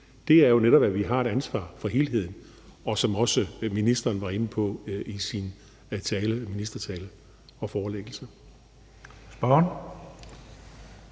er jo netop, at vi har et ansvar for helheden, som også ministeren var inde på i sin ministertale. Kl.